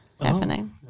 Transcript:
happening